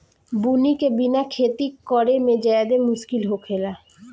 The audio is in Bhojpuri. बुनी के बिना खेती करेमे ज्यादे मुस्किल होखेला